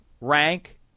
Rank